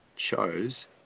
chose